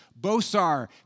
Bosar